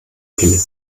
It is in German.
pille